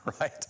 Right